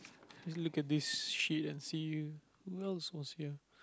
just look at this sheet and see who else was here